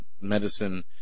medicine